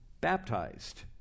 baptized